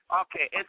Okay